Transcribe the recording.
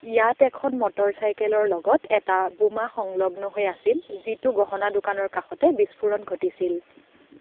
ইয়াত এখন মটৰ চাইকেলৰ লগত এটা বোমা সংলগ্ন হৈ আছিল যিটো গহনা দোকানৰ কাষতে বিস্ফোৰণ ঘটিছিল